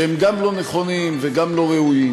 שהם גם לא נכונים וגם לא ראויים,